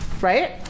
Right